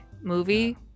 movie